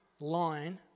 line